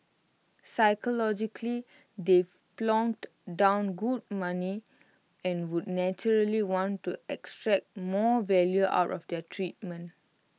psychologically they've plonked down good money and would naturally want to extract more value out of their treatment